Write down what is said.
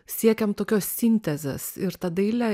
siekėm tokios sintezės ir tą dailę